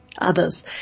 others